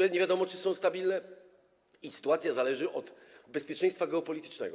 a nie wiadomo, czy ta jest stabilna - i od bezpieczeństwa geopolitycznego.